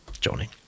johnny